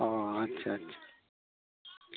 ᱚᱸᱻ ᱟᱪᱪᱷᱟ ᱟᱪᱷᱟ